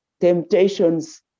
temptations